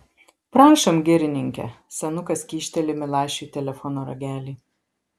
prašom girininke senukas kyšteli milašiui telefono ragelį